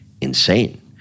insane